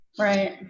Right